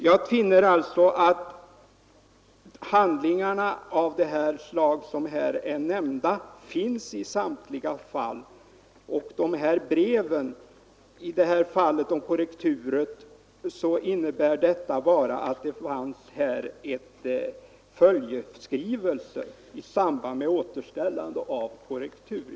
Jag finner att de handlingar som här har nämnts i samtliga fall är av detta slag. I fallet med korrekturet utgjorde brevet bara en följeskrivelse i samband med återställandet av korrekturet.